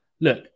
look